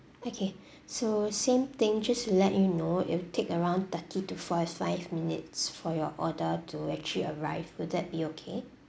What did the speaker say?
okay so same thing just to let you know it will take around thirty to forty five minutes for your order to actually arrive will that be okay